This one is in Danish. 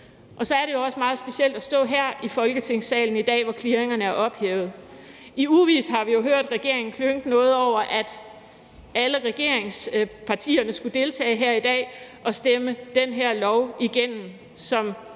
Så er det jo også meget specielt at stå her i Folketingssalen i dag, hvor clearingerne er ophævet. I ugevis har vi jo hørt regeringen klynke noget over, at alle regeringspartierne skulle deltage her i dag og stemme den her lov igennem,